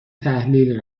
تحلیل